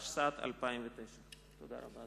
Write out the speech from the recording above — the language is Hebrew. התשס"ט 2009. תודה רבה,